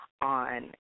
on